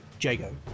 Jago